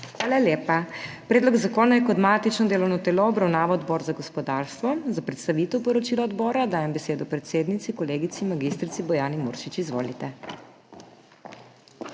Hvala lepa. Predlog zakona je kot matično delovno telo obravnaval Odbor za gospodarstvo. Za predstavitev poročila odbora dajem besedo predsednici kolegici mag. Bojani Muršič. Izvolite.